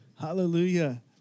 Hallelujah